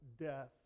death